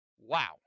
Wow